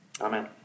Amen